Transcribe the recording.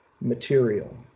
material